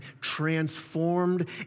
transformed